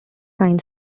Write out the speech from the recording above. sign